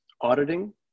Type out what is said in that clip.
Auditing